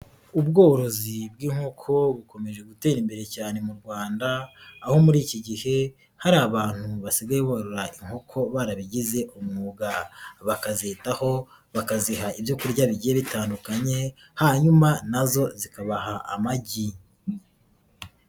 Ubworozi bw'inkoko bukomeje gutera imbere cyane mu Rwanda, aho muri iki gihe hari abantu basigaye borora inkoko barabigize umwuga, bakazitaho bakaziha ibyo kurya bigiye bitandukanye, hanyuma na zo zikabaha amagi.